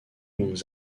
longues